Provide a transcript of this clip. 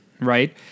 Right